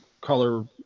color